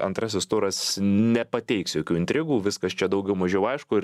antrasis turas nepateiks jokių intrigų viskas čia daugiau mažiau aišku ir